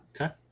okay